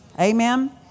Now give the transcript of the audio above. Amen